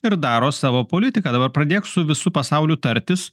ir daro savo politiką dabar pradėk su visu pasauliu tartis